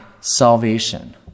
salvation